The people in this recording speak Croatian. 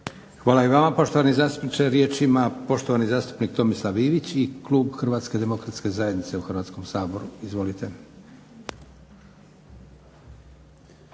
Hvala i vama poštovani zastupniče. Riječ ima poštovani zastupnik Tomislav Ivić i klub HDZ-a u Hrvatskom saboru. Izvolite.